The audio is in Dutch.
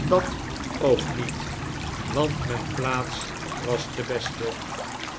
dat ook niet want mijn plaats was de beste